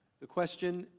the question